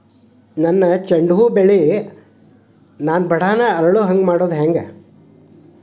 ನನ್ನ ಚಂಡ ಹೂ ಅನ್ನ ನಾನು ಬಡಾನ್ ಅರಳು ಹಾಂಗ ಮಾಡೋದು ಹ್ಯಾಂಗ್?